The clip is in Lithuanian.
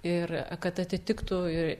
ir kad atitiktų ir